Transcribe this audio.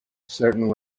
certain